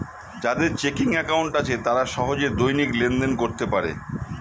যাদের checking account আছে তারা সহজে দৈনিক লেনদেন করতে পারে